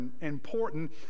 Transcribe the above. important